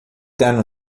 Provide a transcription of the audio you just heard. terno